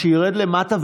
שירד למטה.